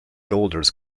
golders